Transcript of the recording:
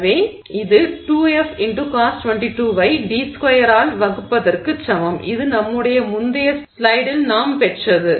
எனவே இது வை d2 ஆல் வகுப்பதற்குச் சமம் இது நம்முடைய முந்தைய ஸ்லைடில் நாம் பெற்றது